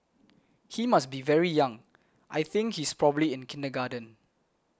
he must be very young I think he's probably in kindergarten